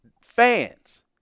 fans –